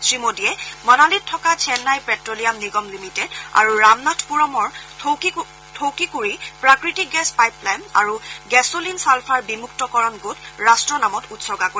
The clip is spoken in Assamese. শ্ৰীমোডীয়ে মনালিত থকা চেন্নাই প্টেলিয়াম নিগম লিমিটেড আৰু ৰামানাথপুৰমৰ যৌতুকুডি প্ৰাকৃতিক গেছ পাইপলাইন আৰু গেছলিন ছালফাৰ বিমুক্তকৰণ গোট ৰাট্টৰ নামত উৎসগা কৰিব